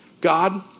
God